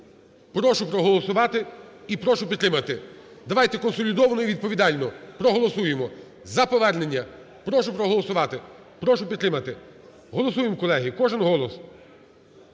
прошу проголосувати і прошу підтримати. Давайте консолідовано і відповідально проголосуємо за повернення. Прошу проголосувати. Прошу підтримати. Голосуємо, колеги, кожен голос.